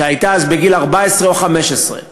שהייתה אז בגיל 14 או 15,